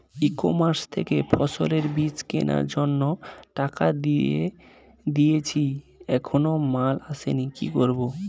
ই commerce থেকে ফসলের বীজ কেনার জন্য টাকা দিয়ে দিয়েছি এখনো মাল আসেনি কি করব?